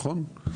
נכון?